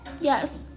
yes